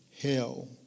hell